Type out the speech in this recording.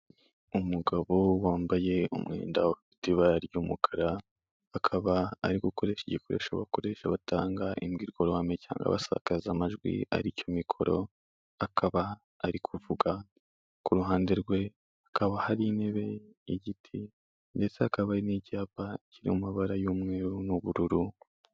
Umugabo wambaye umwenda ufite ibara ry'umukara akaba ari gukoresha igikoresho bakoresha batanga imbwirwaruhame cyangwa basakaza amajwi aricyo mikoro, akaba ari kuvuga ku ruhande rwe hakaba hari intebe y'igiti ndetse hakaba hari n'icyapa kiri mu mabara y'umweru n'ubururu.